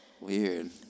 Weird